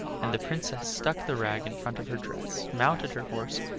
and the princess stuck the rag in front of her dress, mounted her horse,